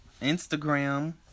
Instagram